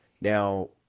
now